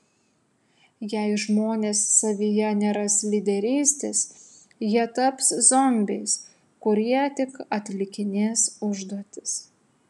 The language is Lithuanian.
jei žmonės savyje neras lyderystės jie taps zombiais kurie tik atlikinės užduotis